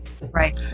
right